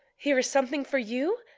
here is something for you,